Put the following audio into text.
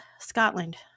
Scotland